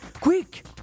quick